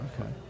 okay